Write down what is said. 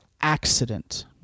accident